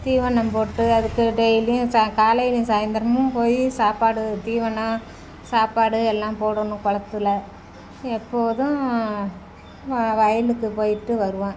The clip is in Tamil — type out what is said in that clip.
தீவனம் போட்டு அதுக்கு டெய்லியும் சா காலையும் சாய்ந்திரமும் போய் சாப்பாடு தீவனம் சாப்பாடு எல்லாம் போடணும் குளத்துல எப்போதும் வ வயலுக்கு போய்ட்டு வருவேன்